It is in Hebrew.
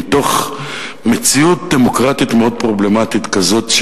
מתוך מציאות דמוקרטית מאוד פרובלמטית כזאת,